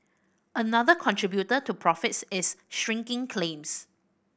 another contributor to profits is shrinking claims